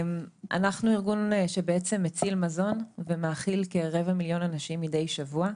אנחנו ארגון שבעצם מציל מזון ומאכיל כרבע מיליון אנשים מדי שבוע.